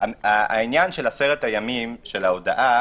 העניין של עשרת הימים, ההודעה